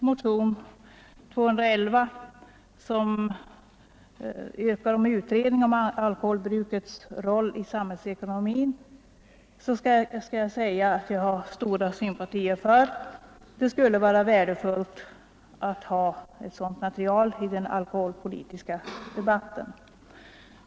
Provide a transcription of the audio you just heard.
Motionen 1211, i vilken det yrkas på en utredning angående alkoholbrukets roll i samhällsekonomin, har jag sympatier för. Det skulle vara värdefullt att ha ett sådant material i den alkoholpolitiska debatten.